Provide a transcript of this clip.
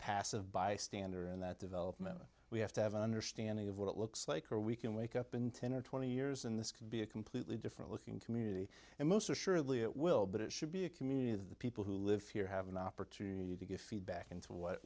passive bystander in that development we have to have an understanding of what it looks like or we can wake up in ten or twenty years and this could be a completely different looking community and most assuredly it will but it should be a community that the people who live here have an opportunity to get feedback into what